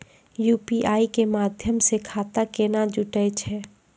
UPI के माध्यम से खाता केना जुटैय छै?